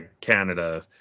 Canada